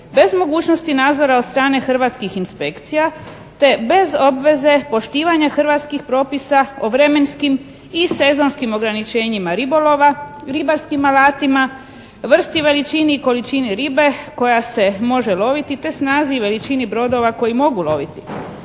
bez mogućnosti nadzora od strane hrvatskih inspekcija te bez obveze poštivanja hrvatskih propisa o vremenskim i sezonskim ograničenjima ribolova, ribarskim alatima, vrsti, veličini i količini ribe koja se može loviti te snazi i veličini brodova koji mogu loviti.